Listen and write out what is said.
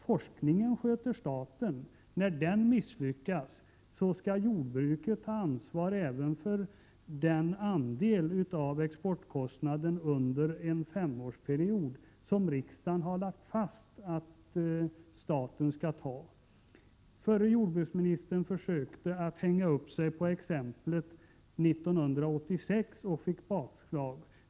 Forskningen sköter staten, men när den misslyckas skall jordbruket ta ansvar även för den del av exportkostnaden under en femårsperiod som riksdagen har lagt fast att staten skall ta ansvar för. Förre jordbruksministern försökte hänga upp det hela på exemplet 1986 men fick bakslag.